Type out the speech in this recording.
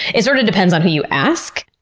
it sorta depends on who you ask.